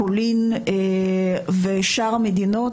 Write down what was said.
פולין ושאר המדינות.